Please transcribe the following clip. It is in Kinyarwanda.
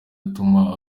atuma